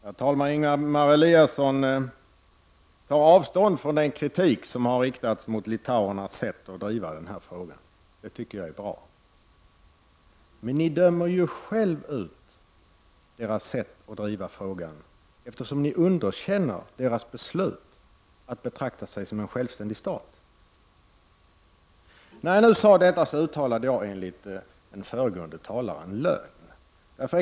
Herr talman! Ingemar Eliasson tar avstånd från den kritik som riktats mot litauernas sätt att driva den här frågan. Det tycker jag är bra. Men ni dömer ju själva ut deras sätt att driva frågan, eftersom ni underkänner deras beslut att betrakta Litauen som en självständig stat. När jag sade detta uttalade jag enligt talaren före Ingemar Eliasson en lögn.